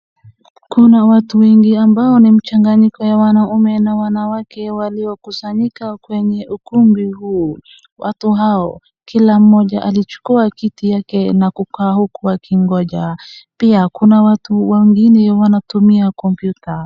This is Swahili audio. Kuna watu wengi ambao ni mchanganyiko ya wanaume na wanawake waliokusanyika kwenye ukumbi huu. Watu hao kila mmoja alichukua kiti yake na kukaa huku akingoja. Pia kuna watu wengine wanatumia kompyuta.